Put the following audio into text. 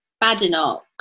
badenoch